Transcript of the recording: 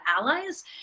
allies